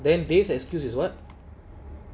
then this excuse is what